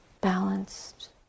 balanced